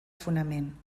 fonament